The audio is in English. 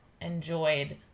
enjoyed